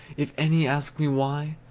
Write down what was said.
if any ask me why,